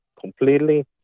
completely